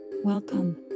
Welcome